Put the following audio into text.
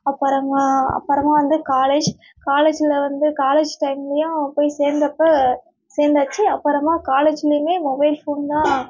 அப்புறமா அப்புறமா வந்து காலேஜ் காலேஜில் வந்து காலேஜ் டைம்லையும் போய் சேர்ந்தப்ப சேர்ந்தாச்சி அப்புறமா காலேஜ்லையுமே மொபைல் ஃபோன் தான்